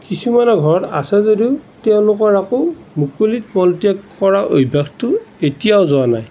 কিছুমানৰ ঘৰত আছে যদিও তেওঁলোকৰ আকৌ মুকলিত মলত্যাগ কৰা অভ্যাসটো এতিয়াও যোৱা নাই